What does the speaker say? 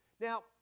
Now